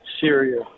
Syria